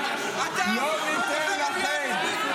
אתה מבזה את הכנסת.